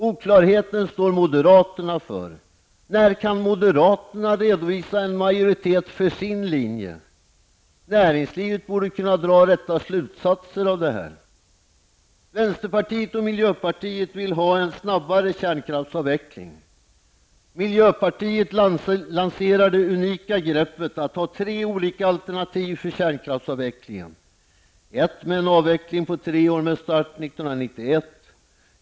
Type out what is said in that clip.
Oklarheten står moderaterna för. När kan moderaterna redovisa en majoritet för sin linje? Näringslivet borde kunna dra rätta sutsatser av detta! Vänsterpartiet och miljöpartiet vill ha en snabbare kärnkraftsavveckling. Miljöpartiet lanserar det unika greppet att ha tre olika alternativ för kärnkraftsavvecklingen. Ett med en avveckling på tre år med start 1991.